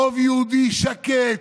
רוב יהודי שקט,